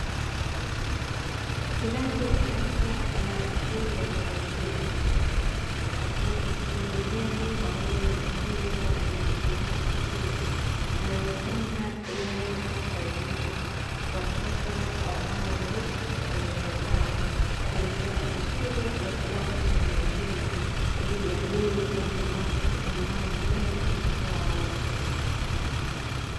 Ndani ya darasa la elimu ya watu wazima mkufunzi amesimama mbele pamoja na wengine wanajadiliana kwa kina, namna bora inayoweza kusaidia watoto ambao wanaishi kwenye familia zao kulelewa vizuri na kuwa na tabia njema ili jamii iwe na watu ambao ni wema na sio waovu.